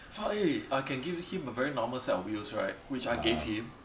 but eh I can give him a very normal set of wheels right which I gave him